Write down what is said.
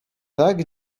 tak